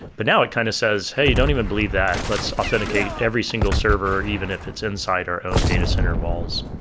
but now it kind of says, hey, don't even believe that. let's authenticate every single server, even if it's inside our own data center walls.